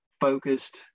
focused